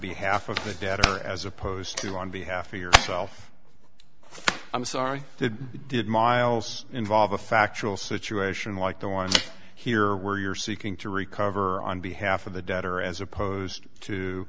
behalf of the debtor as opposed to on behalf of yourself i'm sorry did miles involve a factual situation like the one here where you're seeking to recover on behalf of the debtor as opposed to